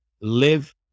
Live